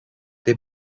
they